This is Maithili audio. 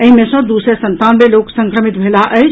एहि मे सँ दू सय संतानवे लोक संक्रमित भेलहि अछि